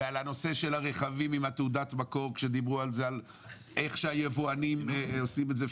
ועל נושא הרכבים עם תעודת המקור כשדיברו על איך היבואנים עושים את זה.